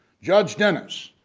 judge dennis.